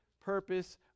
purpose